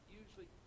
usually